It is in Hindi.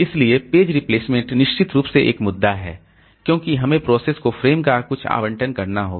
इसलिए पेज रिप्लेसमेंट निश्चित रूप से एक मुद्दा है क्योंकि हमें प्रोसेस को फ़्रेम का कुछ आवंटन करना होगा